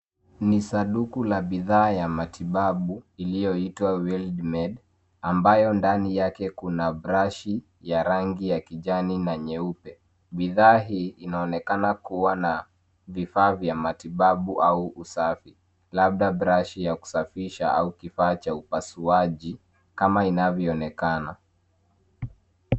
Ni saduku la bidhaa ya matibabu iliyoitwa Wildmed ambayo ndani yake kuna brush ya rangi ya kijani na nyeupe. Bidhaa hii inaonekana kuwa na vifaa vya matibabu au usafi labda brush ya kusafisha au kifaa cha upasuaji kama inavyoonekana.